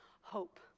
hope